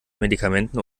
medikamenten